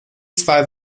zwei